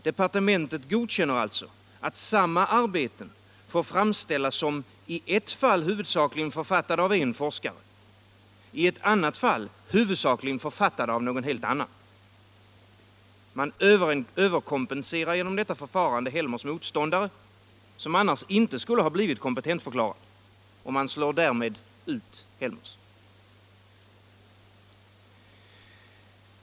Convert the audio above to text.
Departementet godkänner alltså att samma arbeten får framställas som i ett fall huvudsakligen författade av en forskare, i ett annat fall huvudsakligen författade av en annan. Man överkompenserar genom detta förfarande Helmers motståndare, som annars inte skulle ha blivit kompetensförklarad, och man slår därmed ut Helmers.